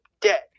dead